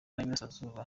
y’iburasirazuba